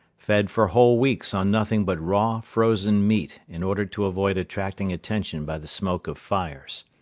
fed for whole weeks on nothing but raw, frozen meat in order to avoid attracting attention by the smoke of fires.